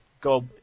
go